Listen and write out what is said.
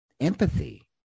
empathy